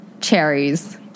cherries